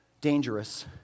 dangerous